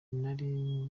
nari